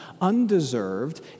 undeserved